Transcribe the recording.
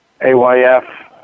AYF